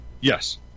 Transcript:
Yes